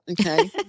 Okay